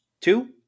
Two